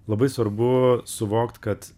labai svarbu suvokt kad